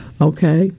okay